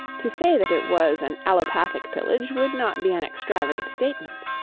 to say that it was an allopathic pillage would not be an extravagant statement.